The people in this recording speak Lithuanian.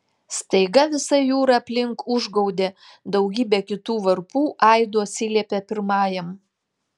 staiga visa jūra aplink užgaudė daugybė kitų varpų aidu atsiliepė pirmajam